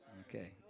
Okay